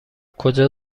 کجا